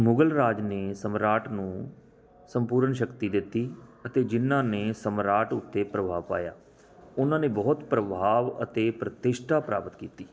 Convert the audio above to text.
ਮੁਗਲ ਰਾਜ ਨੇ ਸਮਰਾਟ ਨੂੰ ਸੰਪੂਰਨ ਸ਼ਕਤੀ ਦਿੱਤੀ ਅਤੇ ਜਿਨ੍ਹਾਂ ਨੇ ਸਮਰਾਟ ਉੱਤੇ ਪ੍ਰਭਾਵ ਪਾਇਆ ਉਨ੍ਹਾਂ ਨੇ ਬਹੁਤ ਪ੍ਰਭਾਵ ਅਤੇ ਪ੍ਰਤਿਸ਼ਠਾ ਪ੍ਰਾਪਤ ਕੀਤੀ